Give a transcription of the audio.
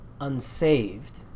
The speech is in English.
unsaved